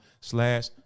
slash